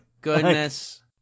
goodness